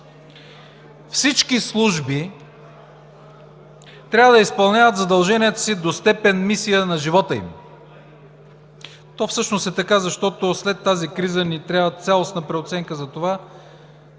Всички служби трябва да изпълняват задълженията си до степен мисия на живота им. То всъщност е така, защото след тази криза ни трябва цялостна преоценка за това,